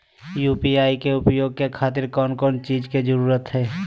UPI के उपयोग के खातिर कौन कौन चीज के जरूरत है?